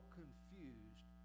confused